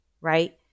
right